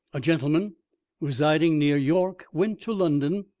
a gentleman residing near york went to london,